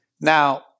Now